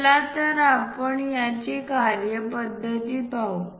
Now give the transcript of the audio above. चला तर आपण याची कार्यपद्धती पाहू